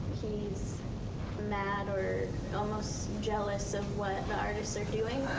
he's mad or almost jealous of what the artists are doing.